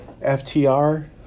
FTR